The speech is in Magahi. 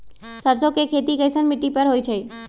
सरसों के खेती कैसन मिट्टी पर होई छाई?